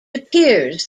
appears